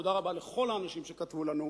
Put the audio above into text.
תודה רבה לכל האנשים שכתבו לנו.